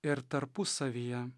ir tarpusavyje